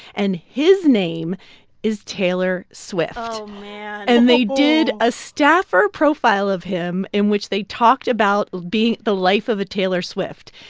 and his name is taylor swift oh, man and they did a staffer profile of him in which they talked about being the life of a taylor swift.